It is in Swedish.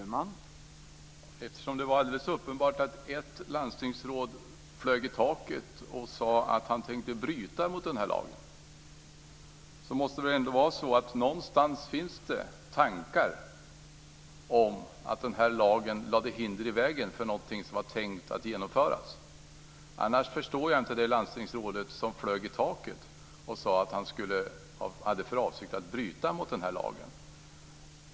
Herr talman! Det var alldeles uppenbart att ett landstingsråd flög i taket och sade att han tänkte bryta mot lagen. Någonstans finns det tankar om att lagen lägger hinder i vägen för något som är tänkt att genomföras. Annars förstår jag inte landstingsrådet som flög i taket och sade att han hade för avsikt att bryta mot lagen.